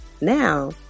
Now